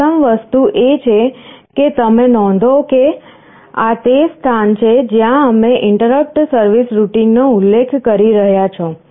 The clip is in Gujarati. પ્રથમ વસ્તુ એ છે કે તમે નોંધો કે આ તે સ્થાન છે જ્યાં અમે ઇન્ટરપટ સર્વિસ રૂટિન નો ઉલ્લેખ કરી રહ્યા છો